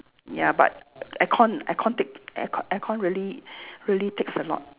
ya but aircon aircon take aircon aircon really really takes a lot